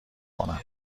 کنم